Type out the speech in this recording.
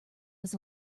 was